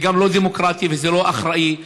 זה גם לא דמוקרטי ולא אחראי.